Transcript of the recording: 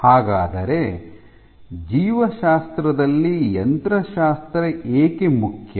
ಹಾಗಾದರೆ ಜೀವಶಾಸ್ತ್ರದಲ್ಲಿ ಯಂತ್ರಶಾಸ್ತ್ರ ಏಕೆ ಮುಖ್ಯ